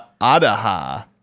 AdaHa